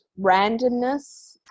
randomness